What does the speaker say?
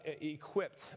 equipped